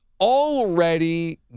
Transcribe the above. already